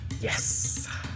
Yes